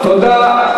תודה.